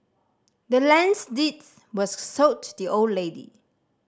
the land's deeds was sold to the old lady